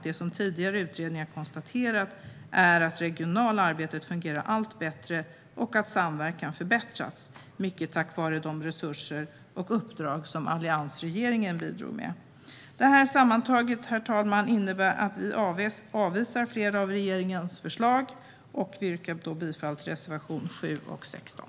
Det som tidigare utredningar konstaterat är ju att det regionala arbetet fungerar allt bättre och att samverkan förbättrats, mycket tack vare de resurser och uppdrag som alliansregeringen bidrog med. Detta sammantaget, herr talman, innebär att vi avvisar flera av regeringens förslag och yrkar bifall till reservationerna 7 och 16.